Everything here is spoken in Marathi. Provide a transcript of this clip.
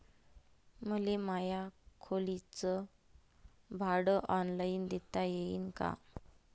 मले माया खोलीच भाड ऑनलाईन देता येईन का?